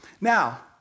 Now